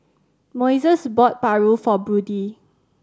Moises bought paru for Brodie